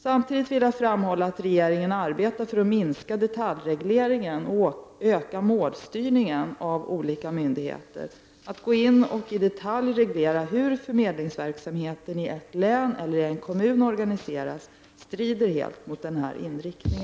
Samtidigt vill jag framhålla att regeringen arbetar för att minska detaljregleringen och öka målstyrningen av olika myndigheter. Att gå in och i detalj reglera hur förmedlingsverksamheten i ett län eller en kommun organiseras strider helt mot denna inriktning.